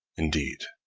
indeed,